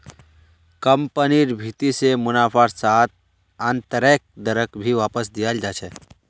कम्पनिर भीति से मुनाफार साथ आन्तरैक दरक भी वापस दियाल जा छे